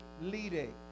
leading